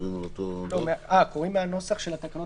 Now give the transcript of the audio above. על אף האמור בתקנה